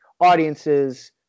audiences